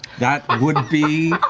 that would be.